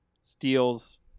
steals